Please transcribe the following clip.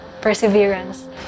Perseverance